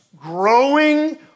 growing